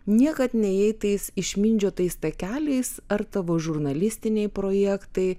niekad nėjai tais išmindžiotais takeliais ar tavo žurnalistiniai projektai